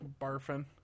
barfing